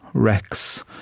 wrecks,